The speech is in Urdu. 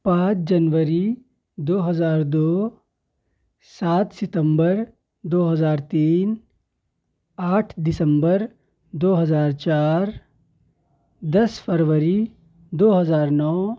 پانچ جنوری دو ہزار دو سات ستمبر دو ہزار تین آٹھ دسمبر دو ہزار چار دس فروری دو ہزار نو